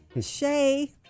shay